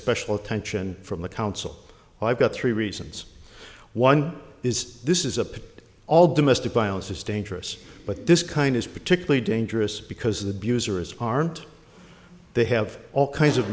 special attention from the council i've got three reasons one is this is a all domestic violence is dangerous but this kind is particularly dangerous because abuser is armed they have all kinds of